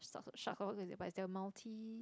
sorts shucks I forgot what is it by their multi